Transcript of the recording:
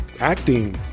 acting